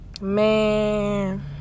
Man